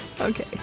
Okay